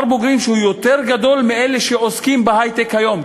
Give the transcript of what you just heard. יותר ממספר אלה שעוסקים בהיי-טק היום,